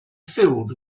filled